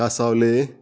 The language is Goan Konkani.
कांसावले